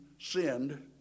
sinned